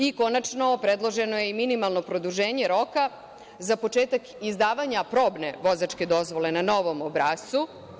I, konačno, predloženo je minimalno produženje roka za početak izdavanja probne vozačke dozvole na novom obrascu.